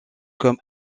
comme